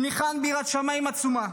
הוא ניחן ביראת שמיים עצומה,